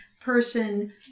person